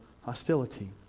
hostility